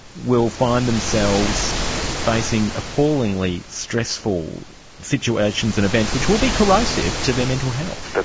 will find themselves facing appallingly stressful situations and events, which will be corrosive to their mental health. but